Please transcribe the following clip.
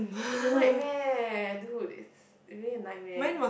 will nightmare eh do it's really a nightmare